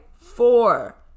Four